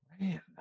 Man